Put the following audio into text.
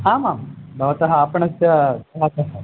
आमाम् भवतः आपणस्य